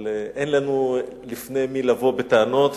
אבל אין לנו בפני מי לבוא בטענות,